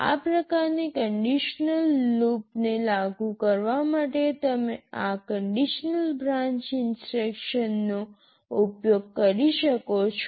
આ પ્રકારની કન્ડિશનલ લૂપને લાગુ કરવા માટે તમે આ કન્ડિશનલ બ્રાન્ચ ઇન્સટ્રક્શન નો ઉપયોગ કરી શકો છો